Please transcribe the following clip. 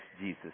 Jesus